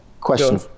question